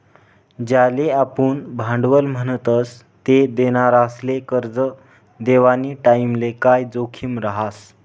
ज्याले आपुन भांडवल म्हणतस ते देनारासले करजं देवानी टाईमले काय जोखीम रहास